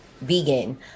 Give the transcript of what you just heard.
vegan